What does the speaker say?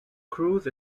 cruise